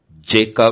Jacob